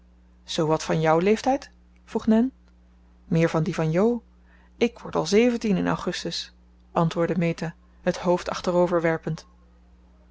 zoowat van jouw leeftijd vroeg nan meer van dien van jo ik word al zeventien in augustus antwoordde meta het hoofd achterover werpend